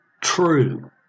true